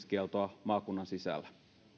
kieltoa maakunnan sisällä